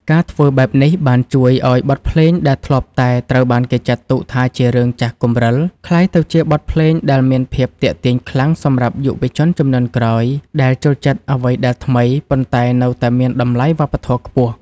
ការធ្វើបែបនេះបានជួយឱ្យបទភ្លេងដែលធ្លាប់តែត្រូវបានគេចាត់ទុកថាជារឿងចាស់គំរឹល ក្លាយទៅជាបទភ្លេងដែលមានភាពទាក់ទាញខ្លាំងសម្រាប់យុវជនជំនាន់ក្រោយ ដែលចូលចិត្តអ្វីដែលថ្មី ប៉ុន្តែនៅតែមានតម្លៃវប្បធម៌ខ្ពស់។